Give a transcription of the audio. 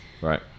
Right